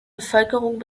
bevölkerung